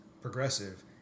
progressive